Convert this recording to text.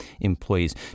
employees